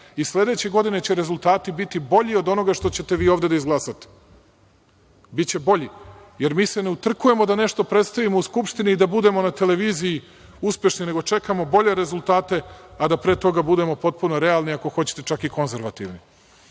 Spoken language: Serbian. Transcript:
i sledeće godine će rezultati biti bolji od onoga što ćete vi ovde da izglasate. Biće bolji, jer mi se ne utrkujemo da nešto predstavimo u Skupštini i da budemo na televiziji uspešni, nego čekamo bolje rezultate, a da pre toga budemo potpuno realni, ako hoćete čak i konzervativni.